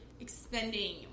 expending